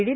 D